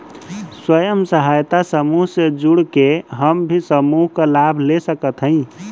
स्वयं सहायता समूह से जुड़ के हम भी समूह क लाभ ले सकत हई?